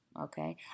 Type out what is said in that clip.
okay